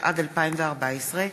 התשע"ד 2014,